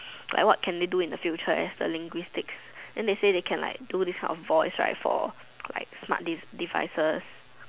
like what can they do in the future as a linguistics then they say they can like do these kind for like for like smart devices